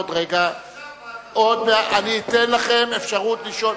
עוד רגע אני אתן לכם אפשרות לשאול.